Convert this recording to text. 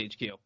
HQ